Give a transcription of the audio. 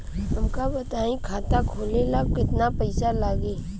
हमका बताई खाता खोले ला केतना पईसा लागी?